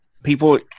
People